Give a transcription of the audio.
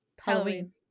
Halloween